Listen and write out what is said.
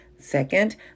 Second